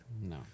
No